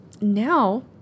Now